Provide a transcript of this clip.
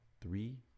three